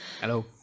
Hello